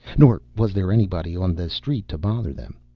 nor was there anybody on the street to bother them,